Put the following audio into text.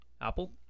Apple